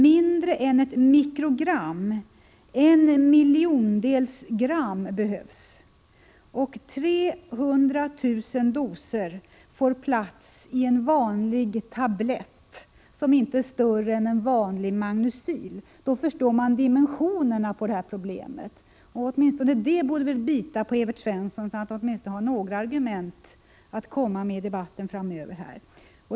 Mindre än 1 mikrogram, en miljondels gram, behövs. 300 000 doser får plats i en vanlig tablett som inte är större än en vanlig magnecyl. Då förstår man dimensionerna på problemet. Åtminstone detta borde bita på Evert Svensson, så att han i varje fall har några argument att komma med i debatten framöver.